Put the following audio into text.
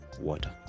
Water